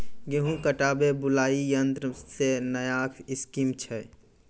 गेहूँ काटे बुलाई यंत्र से नया स्कीम छ?